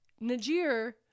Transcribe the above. Najir